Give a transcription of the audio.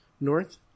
north